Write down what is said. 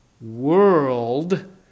world